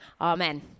Amen